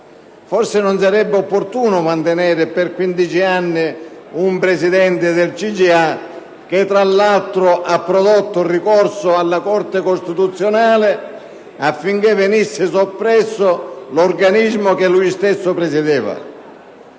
Forse non sarebbe stato opportuno mantenere per quindici anni un presidente del CGA che, tra l'altro, ha prodotto ricorso alla Corte costituzionale affinché venisse soppresso l'organismo che lui stesso presiedeva.